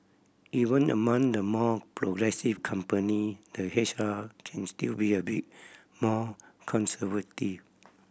even among the more progressive company the H R can still be a bit more conservative